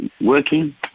working